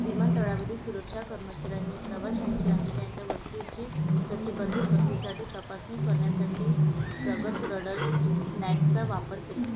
विमानतळावरील सुरक्षा कर्मचाऱ्यांनी प्रवाशांची आणि त्यांच्या वस्तूची प्रतिबंधित वस्तूसाठी तपासणी करण्यासाठी प्रगत रडर स्नॅकचा वापर केला